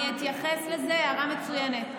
אני אתייחס לזה, הערה מצוינת.